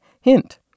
Hint